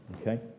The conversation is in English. Okay